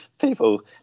people